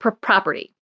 Property